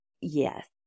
Yes